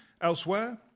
elsewhere